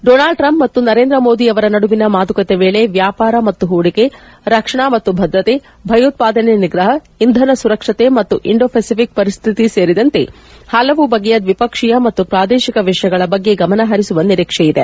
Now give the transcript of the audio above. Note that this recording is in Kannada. ಡೊನಾಲ್ಡ್ ಟ್ರಂಪ್ ಮತ್ತು ನರೇಂದ್ರ ಮೋದಿ ಅವರ ನಡುವಿನ ಮಾತುಕತೆ ವೇಳೆ ವ್ಯಾಪಾರ ಮತ್ತು ಪೂಡಿಕೆ ರಕ್ಷಣಾ ಮತ್ತು ಭದ್ರತೆ ಭಯೋತ್ಪಾದನೆ ನಿಗ್ರಹ ಇಂಧನ ಸುರಕ್ಷತೆ ಮತ್ತು ಇಂಡೋ ಫೆಸಿಪಿಕ್ ವರಿಶ್ಠಿತಿ ಸೇರಿದಂತೆ ಪಲವು ಬಗೆಯ ದ್ವಿಪಕ್ಷೀಯ ಮತ್ತು ಪ್ರಾದೇಶಿಕ ವಿಷಯಗಳ ಬಗ್ಗೆ ಗಮನ ಪರಿಸುವ ನಿರೀಕ್ಷೆ ಇದೆ